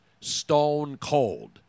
stone-cold